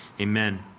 Amen